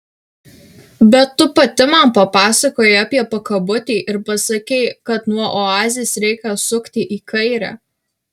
bet tu pati man papasakojai apie pakabutį ir pasakei kad nuo oazės reikia sukti į kairę